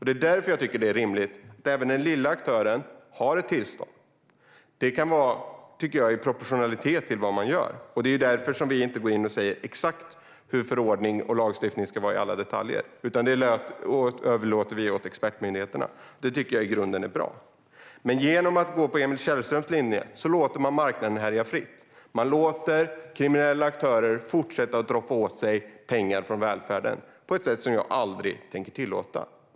Därför tycker jag att det är rimligt att även en liten aktör har tillstånd. Tillståndet kan stå i proportion till vad man gör. Därför säger vi inte exakt hur förordningar och lagstiftning ska se ut i detalj. Detta överlåter vi åt expertmyndigheterna, vilket jag i grunden tycker är bra. Med Emil Källströms linje låter man marknaden härja fritt. Kriminella aktörer får fortsätta roffa åt sig pengar från välfärden på ett sätt som jag aldrig tänker tillåta.